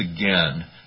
again